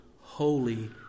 Holy